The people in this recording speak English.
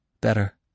Better